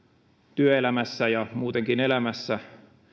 työelämässä ja muutenkin elämässä